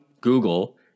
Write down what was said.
Google